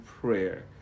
prayer